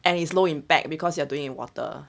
and it's low impact because you are doing in water